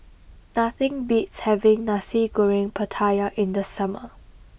nothing beats having Nasi Goreng Pattaya in the summer